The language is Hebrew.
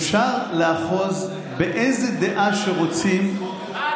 אפשר לאחוז באיזה דעה שרוצים -- מה הדעה שלך?